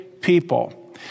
people